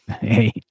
Hey